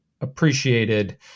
appreciated